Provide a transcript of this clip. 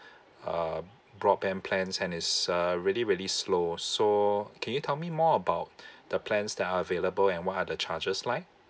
um broadband plans and it's uh really really slow so can you tell me more about the plans that are available and what are the charges like